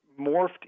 morphed